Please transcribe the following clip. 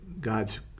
God's